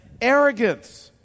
arrogance